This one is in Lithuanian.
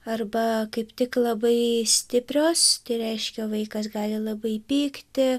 arba kaip tik labai stiprios reiškia vaikas gali labai pykti